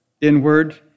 inward